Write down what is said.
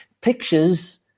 pictures